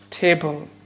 table